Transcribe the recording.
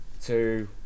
two